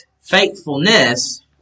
faithfulness